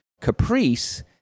caprice